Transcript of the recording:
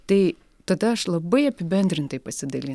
tai tada aš labai apibendrintai pasidalinsiu